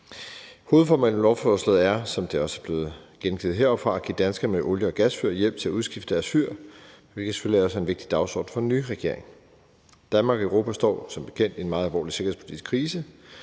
Hovedformålet med lovforslaget er, som det også er blevet gengivet heroppefra, at give danskere med olie- og gasfyr hjælp til at udskifte deres fyr, hvilket selvfølgelig også er en vigtig dagsorden for den nye regering. Danmark og Europa står som bekendt i en meget alvorlig sikkerhedspolitisk krise,